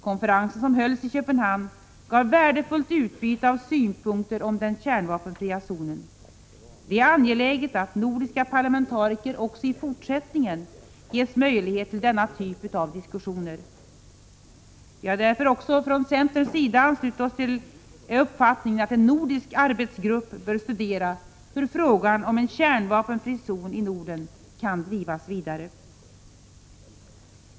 Konferensen, som hölls i Köpenhamn, gav värdefullt utbyte av synpunkter på den kärnvapenfria zonen. Det är angeläget att nordiska parlamentariker också i fortsättningen ges möjlighet till denna typ av diskussion. Från centerns sida har vi därför anslutit oss till uppfattningen att en nordisk arbetsgrupp bör studera hur frågan om en kärnvapenfri zon i Norden kan drivas vidare.